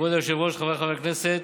כבוד היושב-ראש, חבריי חברי הכנסת,